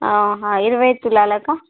ఇరవై తులాలకా